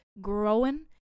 growing